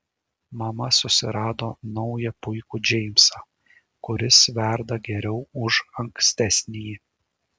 mama susirado naują puikų džeimsą kuris verda geriau už ankstesnįjį